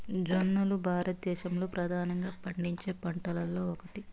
జొన్నలు భారతదేశంలో ప్రధానంగా పండించే పంటలలో ఒకటి